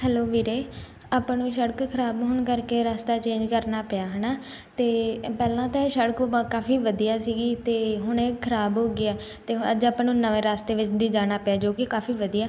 hello ਵੀਰੇ ਆਪਾਂ ਨੂੰ ਸੜਕ ਖ਼ਰਾਬ ਹੋਣ ਕਰਕੇ ਰਸਤਾ ਚੇਂਜ ਕਰਨਾ ਪਿਆ ਹੈ ਨਾ ਅਤੇ ਪਹਿਲਾਂ ਤਾਂ ਇਹ ਸੜਕ ਵ ਕਾਫ਼ੀ ਵਧੀਆ ਸੀਗੀ ਅਤੇ ਹੁਣ ਇਹ ਖ਼ਰਾਬ ਹੋ ਗਈ ਹੈ ਅਤੇ ਅੱਜ ਆਪਾਂ ਨੂੰ ਨਵੇਂ ਰਸਤੇ ਵਿੱਚ ਦੀ ਜਾਣਾ ਪਿਆ ਜੋ ਕਿ ਕਾਫ਼ੀ ਵਧੀਆ